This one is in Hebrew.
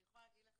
אני יכולה להגיד לך